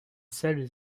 seuls